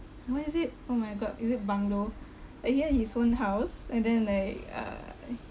what is it oh my god is it bungalow like he had his own house and then like uh